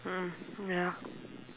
mm ya